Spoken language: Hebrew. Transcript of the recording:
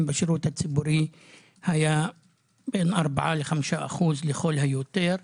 בשירות הציבורי היה בין 4% ל-5% לכל היותר.